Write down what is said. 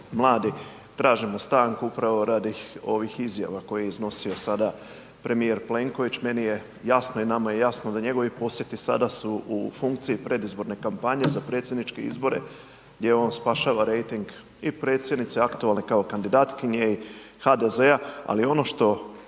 tražimo stanku upravo radi ovih izjava koje je iznosio sada premijer Plenković. Meni je jasno i nama je jasno da njegovi posjeti sada su u funkciji predizborne kampanje za predsjedniče izbore gdje on spašava rejting i predsjednice aktualne kao kandidatkinje i HDZ-a. Ali ono što